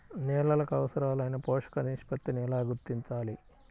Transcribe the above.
నేలలకు అవసరాలైన పోషక నిష్పత్తిని ఎలా గుర్తించాలి?